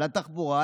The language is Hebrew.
על התחבורה,